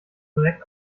korrekt